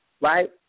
right